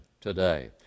today